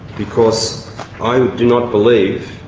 because i do not believe,